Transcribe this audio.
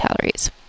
Calories